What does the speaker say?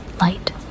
light